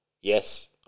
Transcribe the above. Yes